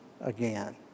again